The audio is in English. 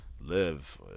live